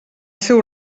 seu